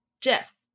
Jeff